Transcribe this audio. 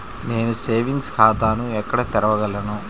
నేను సేవింగ్స్ ఖాతాను ఎక్కడ తెరవగలను?